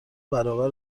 برابر